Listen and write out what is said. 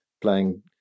playing